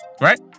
right